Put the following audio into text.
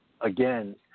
Again